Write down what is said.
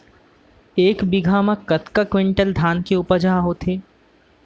एक बीघा म कतका क्विंटल धान के उपज ह होथे?